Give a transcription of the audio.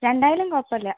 രണ്ടായാലും കുഴപ്പമില്ല